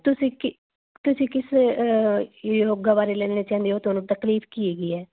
ਤੁਸੀਂ ਕੀ ਤੁਸੀਂ ਕਿਸੇ ਯੋਗਾ ਬਾਰੇ ਲੈਣੇ ਚਾਹੁੰਦੇ ਹੋ ਤੁਹਾਨੂੰ ਤਕਲੀਫ ਕੀ ਹੈਗੀ ਹੈ